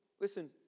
Listen